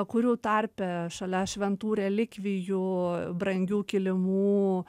kurių tarpe šalia šventų relikvijų brangių kilimų